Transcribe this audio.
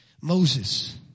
Moses